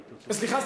סליחה,